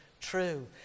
true